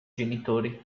genitori